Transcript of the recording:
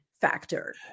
factor